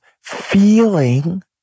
feeling